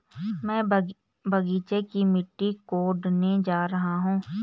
मैं बगीचे की मिट्टी कोडने जा रहा हूं